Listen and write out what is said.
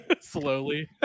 Slowly